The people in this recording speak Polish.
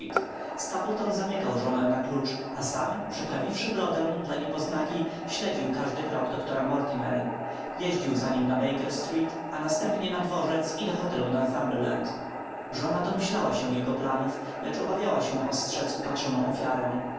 stapleton zamykał żonę na klucz a sam przyprawiwszy brodę dla niepoznaki śledził każdy krok doktora mortimer jeździł za nim na baker street a następnie na dworzec i do hotelu northumberland żona domyślała się jego planów lecz obawiała się ostrzedz upatrzoną ofiarę